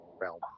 realm